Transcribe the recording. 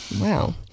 wow